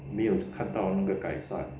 没有看到那个改善